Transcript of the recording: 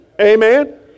Amen